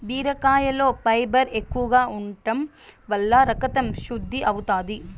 బీరకాయలో ఫైబర్ ఎక్కువగా ఉంటం వల్ల రకతం శుద్ది అవుతాది